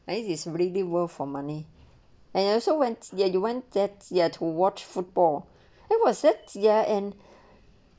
it is really the world for money and I also went there you want that ya to watch football it was it ya and